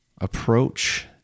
approach